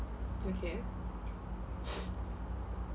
okay